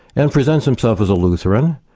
and presents himself as a lutheran,